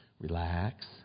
relax